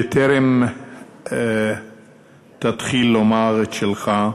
בטרם תתחיל לומר את שלך,